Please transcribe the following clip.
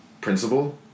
principle